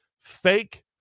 fake